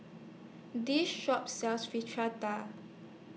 This Shop sells Fritada